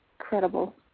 incredible